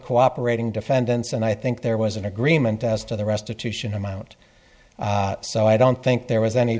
cooperating defendants and i think there was an agreement as to the restitution amount so i don't think there was any